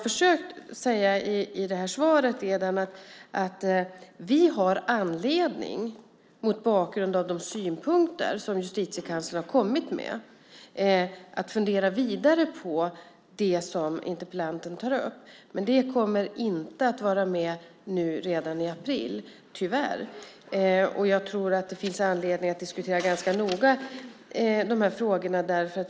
I det här svaret har jag försökt säga att vi, mot bakgrund av de synpunkter som Justitiekanslern har kommit med, har anledning att fundera vidare på det som interpellanten tar upp, men det kommer tyvärr inte att vara med redan nu i april. Jag tror att det finns anledning att diskutera de här frågorna ganska noga.